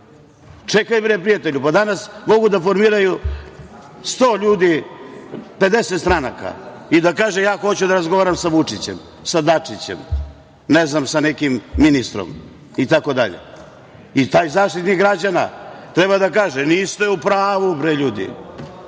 Čekaj, bre, prijatelju, pa danas mogu da formiraju 100 ljudi 50 stranaka i da kažu – ja hoću da razgovaram sa Vučićem, sa Dačićem, ne znam, sa nekim ministrom itd. Taj Zaštitnik građana treba da kaže – niste u pravu, bre, ljudi,